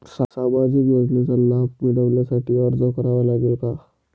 सामाजिक योजनांचा लाभ मिळविण्यासाठी अर्ज करावा लागेल का?